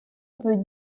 peut